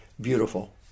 beautiful